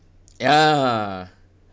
ah